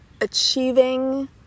achieving